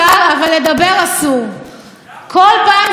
אתן ישר צועקות: סכנה לדמוקרטיה,